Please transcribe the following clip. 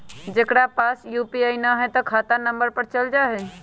जेकरा पास यू.पी.आई न है त खाता नं पर चल जाह ई?